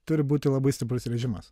turi būti labai stiprus režimas